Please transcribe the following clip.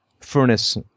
furnace